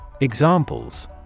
Examples